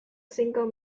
single